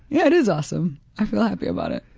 yeah it is awesome. i feel happy about it.